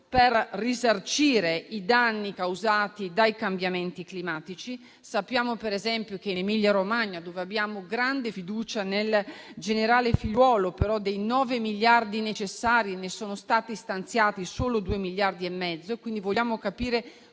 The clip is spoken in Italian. per risarcire i danni causati dai cambiamenti climatici. Sappiamo, per esempio, che in Emilia Romagna, dove abbiamo grande fiducia nel generale Figliuolo, dei nove miliardi necessari ne sono stati stanziati solo due e mezzo. Quindi, vogliamo capire